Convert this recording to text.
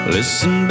Listen